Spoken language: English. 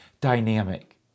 dynamic